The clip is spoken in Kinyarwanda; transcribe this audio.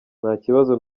ntakibazo